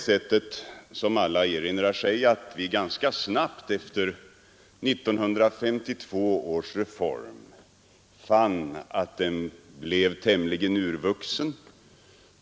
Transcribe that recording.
Som alla erinrar sig fann vi ganska snabbt efter 1952 års reform att den blev tämligen urvuxen.